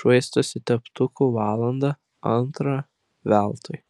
švaistosi teptuku valandą antrą veltui